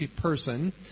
person